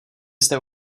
jste